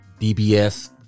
DBS